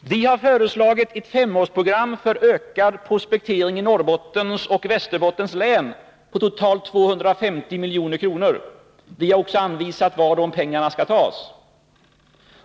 Vi har föreslagit ett femårsprogram för ökad prospektering i Norrbottens och Västerbottens län som skulle kosta totalt 250 milj.kr. Vi har också anvisat var de pengarna skall tas.